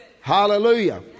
Hallelujah